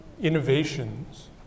innovations